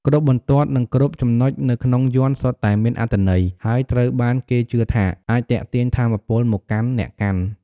គ្រប់បន្ទាត់ និងគ្រប់ចំណុចនៅក្នុងយ័ន្តសុទ្ធតែមានអត្ថន័យ ហើយត្រូវបានគេជឿថាអាចទាក់ទាញថាមពលមកកាន់អ្នកកាន់។